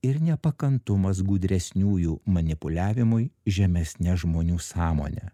ir nepakantumas gudresniųjų manipuliavimui žemesne žmonių sąmone